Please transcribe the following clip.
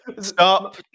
Stop